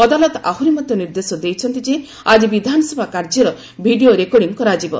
ଅଦାଲତ ଆହୁରି ମଧ୍ୟ ନିର୍ଦ୍ଦେଶ ଦେଇଛନ୍ତି ଯେ ଆଜି ବିଧାନସଭା କାର୍ଯ୍ୟର ଭିଡ଼ିଓ ରେକର୍ଡିଂ କରାଯିବ